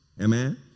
Amen